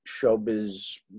showbiz